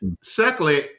secondly